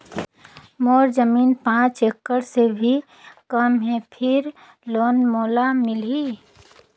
मोर जमीन पांच एकड़ से भी कम है फिर लोन मोला मिलही?